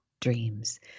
dreams